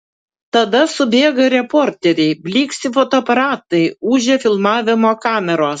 tada subėga reporteriai blyksi fotoaparatai ūžia filmavimo kameros